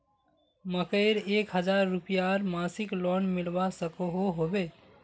मकईर एक हजार रूपयार मासिक लोन मिलवा सकोहो होबे?